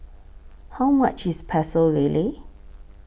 How much IS Pecel Lele